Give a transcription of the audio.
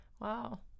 Wow